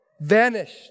Vanished